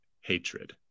hatred